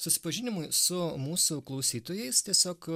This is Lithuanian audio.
susipažinimui su mūsų klausytojais tiesiog